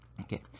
Okay